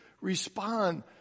respond